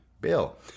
Bill